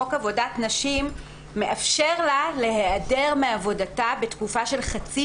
חוק עבודת נשים מאפשר לה להיעדר מעבודתה בתקופה של חצי